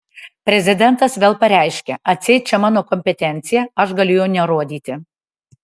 prezidentas vėl pareiškia atseit čia mano kompetencija aš galiu jo nerodyti